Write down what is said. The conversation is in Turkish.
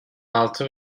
altı